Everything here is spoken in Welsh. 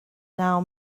naw